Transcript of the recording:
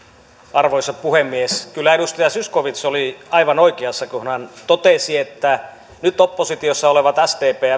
arvoisa puhemies kyllä edustaja zyskowicz oli aivan oikeassa kun hän totesi että nyt oppositiossa olevat sdp